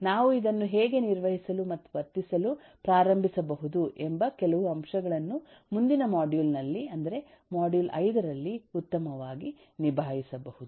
ನಾವು ಇದನ್ನು ಹೇಗೆ ನಿರ್ವಹಿಸಲು ಮತ್ತು ವರ್ತಿಸಲು ಪ್ರಾರಂಭಿಸಬಹುದು ಎಂಬ ಕೆಲವು ಅಂಶಗಳನ್ನು ಮುಂದಿನ ಮಾಡ್ಯೂಲ್ ನಲ್ಲಿ ಅಂದರೆ ಮಾಡ್ಯೂಲ್ 5 ರಲ್ಲಿ ಉತ್ತಮವಾಗಿ ನಿಭಾಯಿಸಬಹುದು